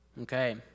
Okay